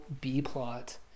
B-plot